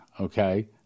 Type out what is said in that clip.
okay